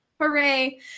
hooray